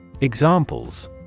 Examples